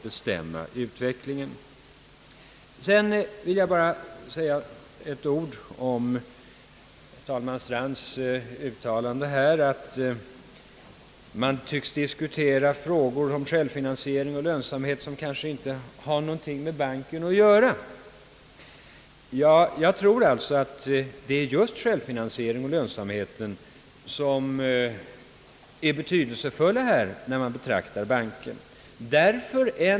Sedan vill jag säga ett par ord om talman Strands uttalande att man diskuterar frågor om självfinansiering och lönsamhet som egentligen inte skulle ha någonting med banken att göra. Emellertid är det just självfinansieringen och lönsamheten som är det betydelsefulla i detta sammanhang.